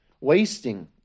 wasting